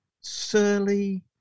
surly